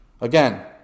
Again